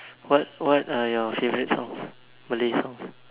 what what are your favourite songs Malay songs